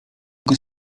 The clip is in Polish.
tego